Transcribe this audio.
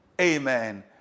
amen